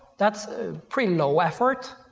that's pretty low effort,